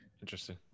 Interesting